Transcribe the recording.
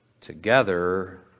together